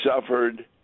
suffered